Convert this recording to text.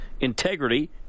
integrity